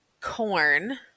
corn